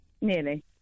nearly